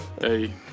Hey